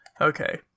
Okay